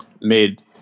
made